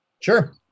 Sure